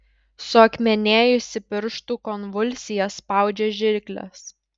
suakmenėjusi pirštų konvulsija spaudžia žirkles